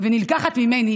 ונלקחת ממני